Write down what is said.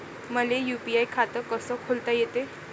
मले यू.पी.आय खातं कस खोलता येते?